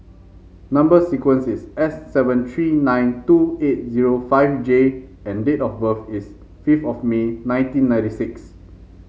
number sequence is S seven three nine two eight zero five J and date of birth is fifth of May nineteen ninety six